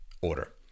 order